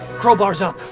crowbars up